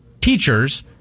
teachers